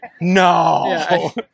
No